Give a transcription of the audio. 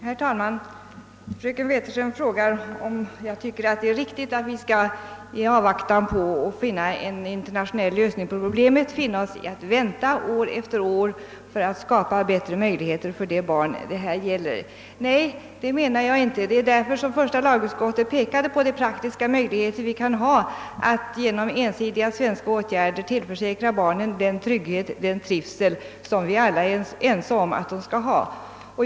Herr talman! Fröken Wetterström frågar, om jag tycker att det är riktigt att vi i avvaktan på en internationell lösning på problemet skall finna oss i att vänta år efter år med att skapa bättre möjligheter för de barn det här gäller. Nej, det menar jag inte, och det är därför första lagutskottet pekar på de praktiska möjligheter vi har att genom ensidiga svenska åtgärder tillförsäkra barnen den trygghet och den trivsel vi alla är ense om att de skall ha.